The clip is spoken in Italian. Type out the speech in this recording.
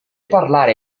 parlare